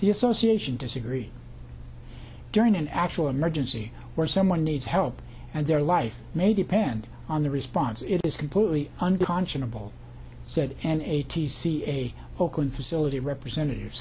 the association disagreed during an actual emergency where someone needs help and their life may depend and on the response it is completely unconscionably said and a t c a local facility representative